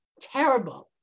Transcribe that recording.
terrible